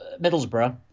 Middlesbrough